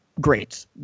great